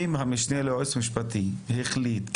אם המשנה ליועץ המשפטי החליט,